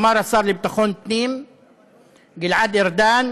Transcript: אמר השר לביטחון פנים גלעד ארדן